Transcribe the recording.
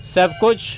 سب کچھ